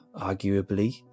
arguably